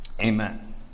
Amen